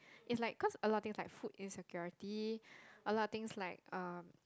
it's like cause a lot of things like food insecurity a lot of things like um